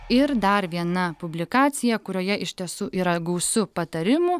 ir dar viena publikacija kurioje iš tiesų yra gausu patarimų